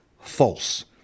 false